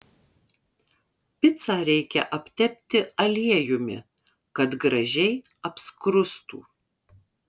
picą reikia aptepti aliejumi kad gražiai apskrustų